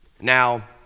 Now